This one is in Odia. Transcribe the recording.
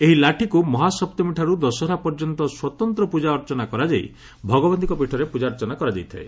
ଏହି ଲାଠିକୁ ମହାସପ୍ତମୀଠାରୁ ଦଶହରା ପର୍ଯ୍ୟନ୍ତ ସ୍ୱତନ୍ତ ପ୍ରଜା ଅର୍ଚ୍ଚନା କରାଯାଇ ଭଗବତୀଙ୍କ ପୀଠରେ ପ୍ରଜାର୍ଚ୍ଚନା କରାଯାଇଥାଏ